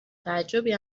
تعجبی